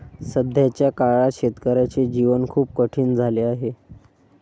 सध्याच्या काळात शेतकऱ्याचे जीवन खूप कठीण झाले आहे